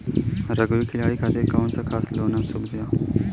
Rugby खिलाड़ी खातिर कौनो खास लोन सुविधा बा का?